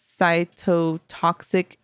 cytotoxic